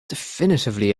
definitively